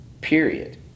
period